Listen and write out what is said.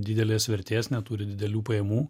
didelės vertės neturi didelių pajamų